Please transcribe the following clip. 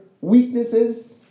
weaknesses